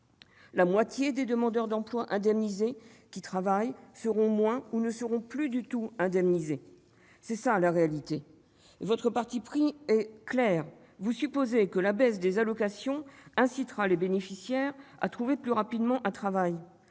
la moitié des demandeurs d'emploi indemnisés qui travaillent ne seront plus du tout indemnisés ou le seront moins ; c'est ça la réalité ! Votre parti pris est clair : vous supposez que la baisse des allocations incitera les bénéficiaires à trouver plus rapidement un travail.